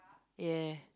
ya